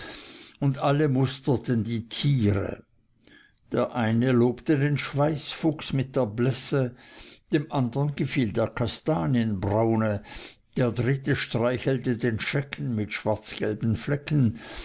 und alle musterten die tiere der eine lobte den schweißfuchs mit der blesse dem andern gefiel der kastanienbraune der dritte streichelte den schecken mit schwarzgelben flecken